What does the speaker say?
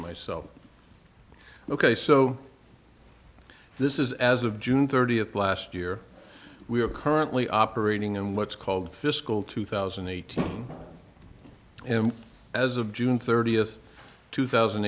myself ok so this is as of june thirtieth last year we are currently operating in what's called fiscal two thousand and eighteen and as of june thirtieth two thousand